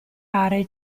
aree